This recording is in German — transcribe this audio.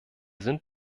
sind